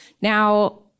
Now